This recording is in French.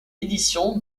édition